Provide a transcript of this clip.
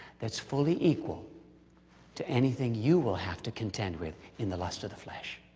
that's fully equal to anything you will have to contend with in the lust of the flesh.